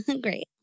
Great